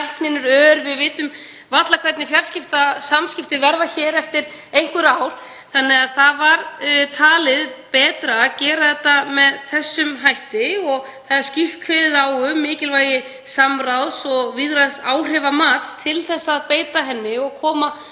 ör. Við vitum varla hvernig fjarskiptasamskipti verða hér eftir einhver ár. Það var því talið betra að gera þetta með þessum hætti og skýrt er kveðið á um mikilvægi samráðs og víðtæks áhrifamats til að beita henni og koma